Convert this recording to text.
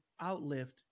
outlift